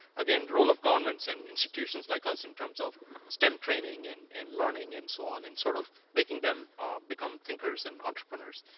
again, role of governments and institutions like us in terms of stem training, and and learning, and so on, and sort of making them become thinkers and entrepreneurs.